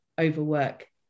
overwork